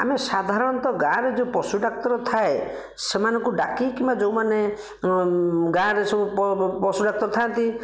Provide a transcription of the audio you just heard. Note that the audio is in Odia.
ଆମେ ସାଧାରଣତଃ ଗାଁରେ ଯେଉଁ ପଶୁ ଡାକ୍ତର ଥାଏ ସେମାନଙ୍କୁ ଡାକି କିମ୍ବା ଯେଉଁମାନେ ଗାଁରେ ସବୁ ପଶୁ ଡ଼ାକ୍ତର ଥାଆନ୍ତି